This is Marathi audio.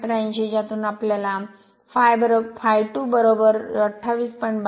83 ज्यातून आम्हाला ∅ 2 28